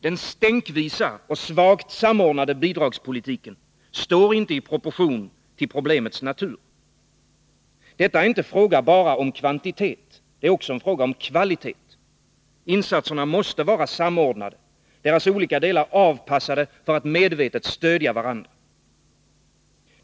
Den stänkvisa, svagt samordnade bidragspolitiken står inte i proportion till problemets natur. Det är fråga inte bara om kvantitet utan också om kvalitet. Insatserna måste vara samordnade och deras olika delar avpassade för att medvetet stödja varandra.